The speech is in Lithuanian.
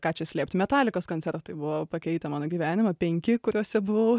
ką čia slėpti metalikos koncertai buvo pakeitę mano gyvenimą penki kuriuose buvau